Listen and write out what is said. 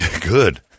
Good